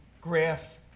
graph